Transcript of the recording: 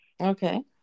Okay